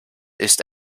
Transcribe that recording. ist